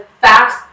Facts